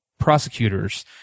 prosecutors